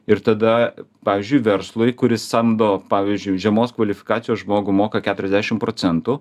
ir tada pavyzdžiui verslui kuris samdo pavyzdžiui žemos kvalifikacijos žmogų moka keturiasdešim procentų